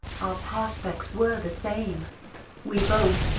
prospects were the same we both,